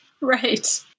right